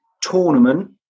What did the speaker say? tournament